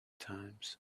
times